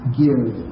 give